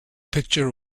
picture